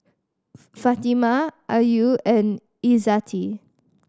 Fatimah Ayu and Izzati